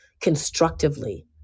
constructively